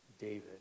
David